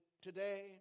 today